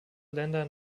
länder